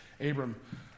Abram